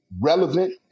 relevant